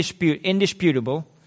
indisputable